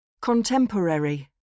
Contemporary